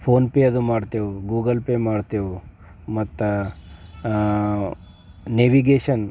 phone pay ಅದು ಮಾಡ್ತೇವೆ Google Pay ಮಾಡ್ತೇವೆ ಮತ್ತು ನೆವಿಗೇಷನ್